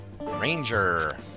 Ranger